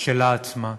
שלה עצמה.